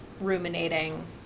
ruminating